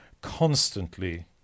constantly